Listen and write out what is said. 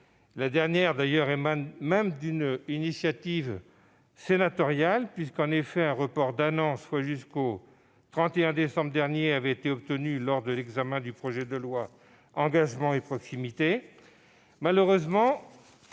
résulte d'ailleurs d'une initiative sénatoriale, puisqu'un report d'un an, soit jusqu'au 31 décembre dernier, avait été obtenu lors de l'examen du projet de loi « Engagement et proximité ». Malheureusement,